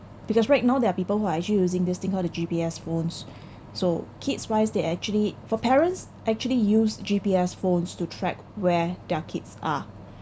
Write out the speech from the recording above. because right now there are people who are actually using this thing called the G_P_S phones so kids wise they actually for parents actually use G_P_S phones to track where their kids are